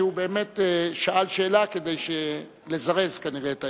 הוא באמת שאל שאלה כדי לזרז את העניין.